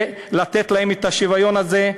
ויש לתת להם את השוויון הזה,